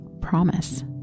promise